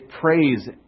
praise